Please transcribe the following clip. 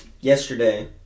yesterday